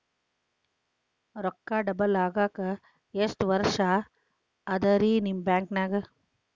ರೊಕ್ಕ ಡಬಲ್ ಆಗಾಕ ಎಷ್ಟ ವರ್ಷಾ ಅದ ರಿ ನಿಮ್ಮ ಬ್ಯಾಂಕಿನ್ಯಾಗ?